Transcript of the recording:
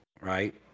right